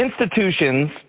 institutions